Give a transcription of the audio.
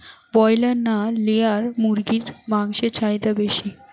Broiler না layer মুরগির মাংসর চাহিদা বেশি?